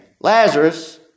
Lazarus